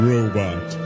Robot